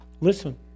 listen